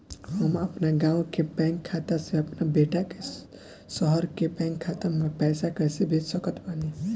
हम अपना गाँव के बैंक खाता से अपना बेटा के शहर के बैंक खाता मे पैसा कैसे भेज सकत बानी?